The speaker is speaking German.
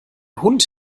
hund